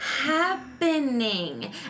happening